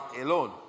alone